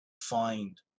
find